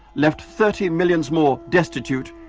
left thirty millions more destitute,